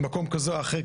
במקום כזה או אחר,